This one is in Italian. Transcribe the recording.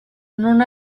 non